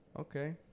Okay